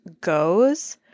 goes